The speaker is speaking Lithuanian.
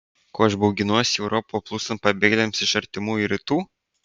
ko aš bauginuosi į europą plūstant pabėgėliams iš artimųjų rytų